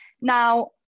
Now